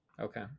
okay